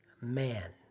man